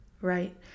right